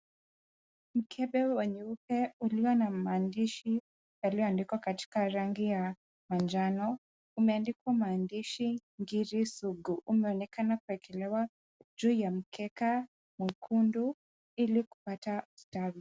Mkebe wa nyeupe ulio na maandishi yaliyoandikwa katika rangi ya manjano umeandikwa maandishi ngiri sugu. Umeonekana kuwekelewa juu ya mkeka mwekundu ili kupata stamp .